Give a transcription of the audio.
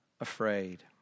afraid